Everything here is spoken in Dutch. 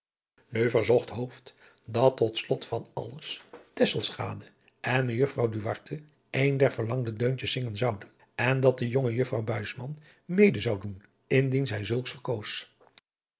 nu verzocht hooft dat tot slot van alles tesselschade en mejuffrouw duarte een der verlangde deuntjes zingen zouden en dat de jonge juffrouw buisman mede zou doen indien zij zulks verkoos